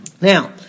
Now